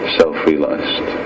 self-realized